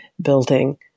building